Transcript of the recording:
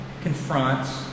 confronts